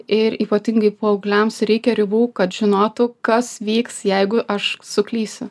ir ypatingai paaugliams reikia ribų kad žinotų kas vyks jeigu aš suklysiu